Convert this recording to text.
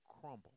crumble